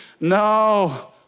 No